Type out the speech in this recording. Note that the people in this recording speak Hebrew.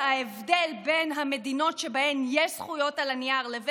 ההבדל בין המדינות שבהן יש זכויות על הנייר לבין